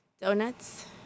Donuts